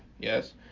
Yes